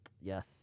Yes